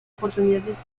oportunidades